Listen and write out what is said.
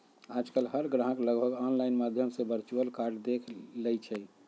आजकल हर ग्राहक लगभग ऑनलाइन माध्यम से वर्चुअल कार्ड देख लेई छई